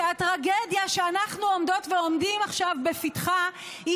שהטרגדיה שאנחנו עומדות ועומדים עכשיו בפתחה היא